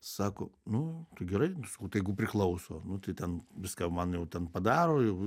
sako nu gerai sakau tai jeigu priklauso nu tai ten viską man jau ten padaro jau